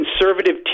conservative